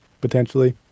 potentially